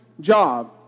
job